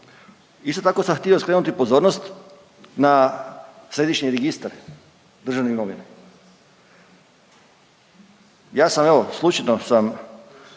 Isto tako sam htio skrenuti pozornost na Središnji registar državne imovine. Ja sam evo slučajno sam